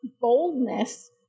boldness